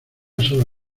sola